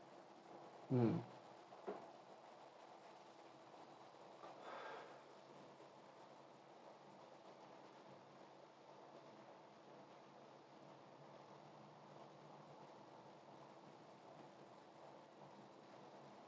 mmhmm